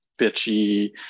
bitchy